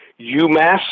UMass